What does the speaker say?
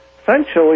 Essentially